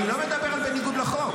אני לא מדבר בניגוד לחוק.